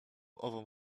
ową